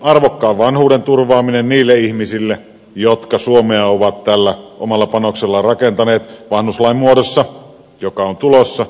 arvokkaan vanhuuden turvaaminen niille ihmisille jotka suomea ovat tällä omalla panoksellaan rakentaneet vanhuslain muodossa joka on tulossa